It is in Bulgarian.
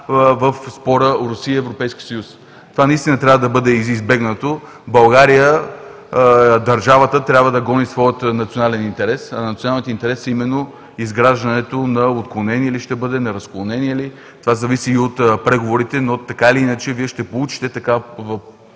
в спора Русия – Европейски съюз. Това трябва да бъде избегнато. България, държавата, трябва да гони своя национален интерес, а те са именно изграждането на отклонение ли ще бъде, на разклонение ли – това зависи и от преговорите, но Вие ще получите